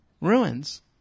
Ruins